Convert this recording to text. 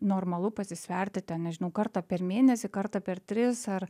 normalu pasisverti ten nežinau kartą per mėnesį kartą per tris ar